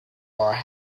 are